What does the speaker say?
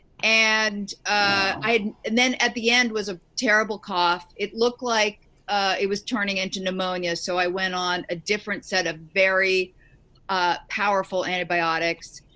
and ah then, at the end, was a terrible cough. it looked like it was turning into pneumonia. so, i went on a different set of very ah powerful antibiotics.